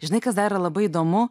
žinai kas dar yra labai įdomu